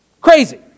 Crazy